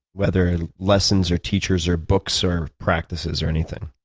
whether lessons or teachers or books or practices or anything?